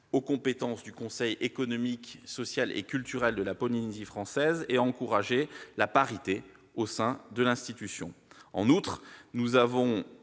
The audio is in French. aux compétences du Conseil économique, social et culturel de la Polynésie française et a encouragé la parité au sein de l'institution. En outre, elle a